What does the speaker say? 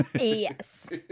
Yes